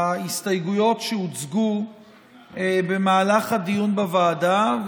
ההסתייגויות שהוצגו במהלך הדיון בוועדה,